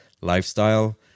lifestyle